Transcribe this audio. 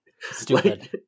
Stupid